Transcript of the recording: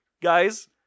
guys